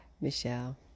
Michelle